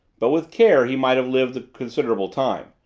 but with care he might have lived a considerable time.